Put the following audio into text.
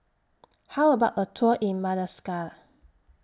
How about A Tour in Madagascar